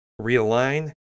realign